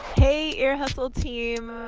hey, ear hustle team,